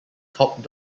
top